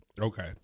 Okay